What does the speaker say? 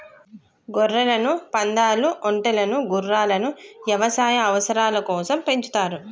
గొర్రెలను, పందాలు, ఒంటెలను గుర్రాలను యవసాయ అవసరాల కోసం పెంచుతారు